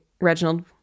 Reginald